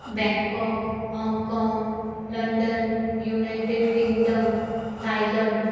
Bangkok Hong Kong London United Kingdom Thailand